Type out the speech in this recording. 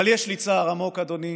אבל יש לי צער עמוק, אדוני,